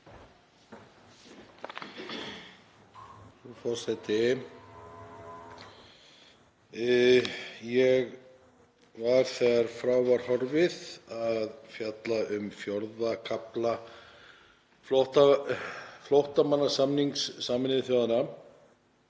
Frú forseti. Ég var þegar frá var horfið að fjalla um IV. kafla flóttamannasamnings Sameinuðu þjóðanna